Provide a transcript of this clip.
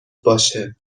باشه